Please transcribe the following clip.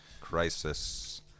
Crisis